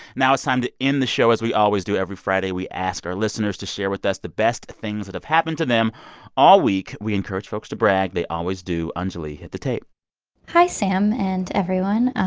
now it's time to end the show as we always do. every friday, we ask our listeners to share with us the best things that have happened to them all week. we encourage folks to brag. they always do. anjuli, hit the tape hi, sam and everyone.